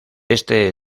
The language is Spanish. este